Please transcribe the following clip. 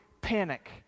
panic